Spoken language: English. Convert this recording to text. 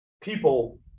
People